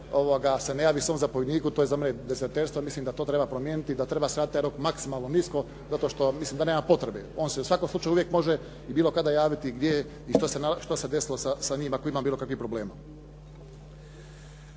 se ne javi svom zapovjedniku. To je za mene dezerterstvo i mislim da to treba promijeniti i da treba skratiti taj rok maksimalno nisko zato što mislim da nema potrebe. On se u svakom slučaju uvijek može i bilo kada javiti gdje je i što se desilo sa njim ako ima bilo kakvih problema.